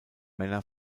männer